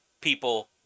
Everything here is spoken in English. people